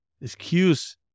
excuse